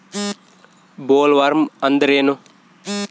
Bollworm ಅಂದ್ರೇನು?